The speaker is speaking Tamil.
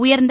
உயர்ந்த